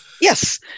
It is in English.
Yes